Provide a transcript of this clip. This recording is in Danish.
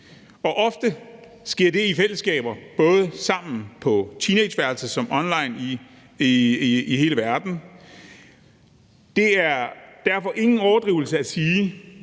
og ofte sker det i fællesskaber, både sammen på teenageværelset og online i hele verden. Det er derfor ingen overdrivelse at sige,